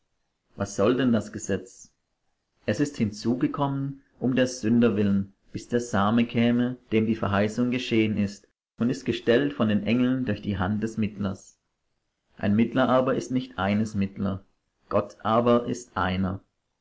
was soll denn das gesetz es ist hinzugekommen um der sünden willen bis der same käme dem die verheißung geschehen ist und ist gestellt von den engeln durch die hand des mittlers ein mittler aber ist nicht eines mittler gott aber ist einer